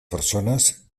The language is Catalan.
persones